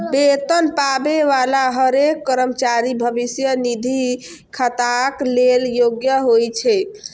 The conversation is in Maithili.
वेतन पाबै बला हरेक कर्मचारी भविष्य निधि खाताक लेल योग्य होइ छै